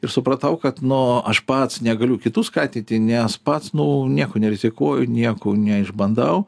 ir supratau kad nu aš pats negaliu kitų skatinti nes pats nu nieko nerizikuoju nieko neišbandau